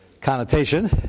connotation